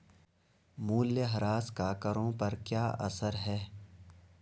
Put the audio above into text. मूल्यह्रास का करों पर क्या असर है?